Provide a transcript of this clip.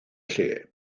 lle